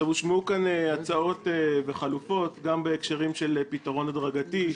הושמעו כאן הצעות וחלופות גם בהקשרים של פתרון הדרגתי,